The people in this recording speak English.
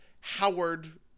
howard